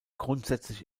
grundsätzlich